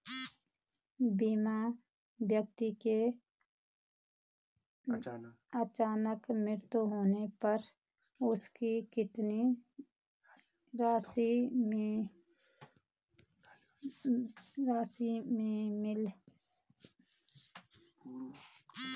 बीमित व्यक्ति के अचानक मृत्यु होने पर उसकी कितनी किश्तों में बीमा धनराशि मिल सकती है?